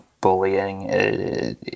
bullying